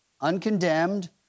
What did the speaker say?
uncondemned